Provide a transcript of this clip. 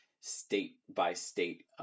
state-by-state